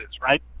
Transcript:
right